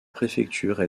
préfecture